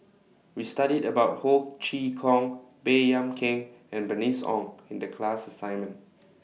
We studied about Ho Chee Kong Baey Yam Keng and Bernice Ong in The class assignment